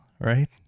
right